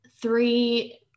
Three